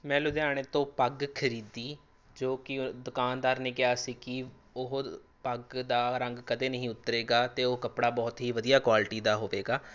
ਮੈਂ ਲੁਧਿਆਣੇ ਤੋਂ ਪੱਗ ਖਰੀਦੀ ਜੋ ਕਿ ਦੁਕਾਨਦਾਰ ਨੇ ਕਿਹਾ ਸੀ ਕਿ ਉਹ ਪੱਗ ਦਾ ਰੰਗ ਕਦੇ ਨਹੀਂ ਉਤਰੇਗਾ ਅਤੇ ਉਹ ਕੱਪੜਾ ਬਹੁਤ ਹੀ ਵਧੀਆ ਕੁਆਲਿਟੀ ਦਾ ਹੋਵੇਗਾ